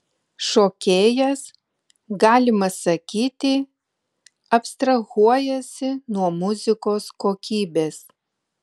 šokėjas galima sakyti abstrahuojasi nuo muzikos kokybės